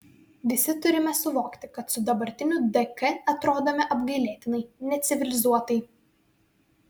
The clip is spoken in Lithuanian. visi turime suvokti kad su dabartiniu dk atrodome apgailėtinai necivilizuotai